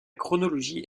chronologie